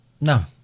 No